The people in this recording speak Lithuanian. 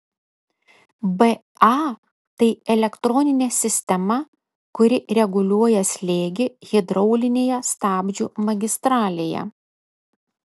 ba tai elektroninė sistema kuri reguliuoja slėgį hidraulinėje stabdžių magistralėje